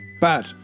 bad